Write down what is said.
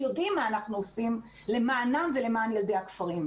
יודעים מה אנחנו עושים למענם ולמען ילדי הכפרים,